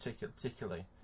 particularly